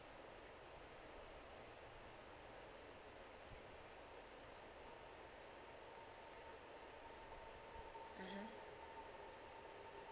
mmhmm